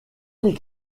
les